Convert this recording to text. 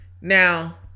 Now